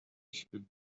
should